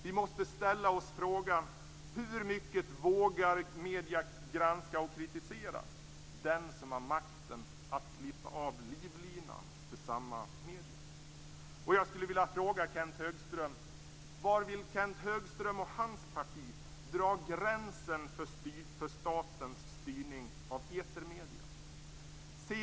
Vi måste ställa oss frågan: Hur mycket vågar medierna granska och kritisera den som har makten att klippa av livlinan för samma medier? Kenth Högström och hans parti dra gränsen för statens styrning av etermedierna?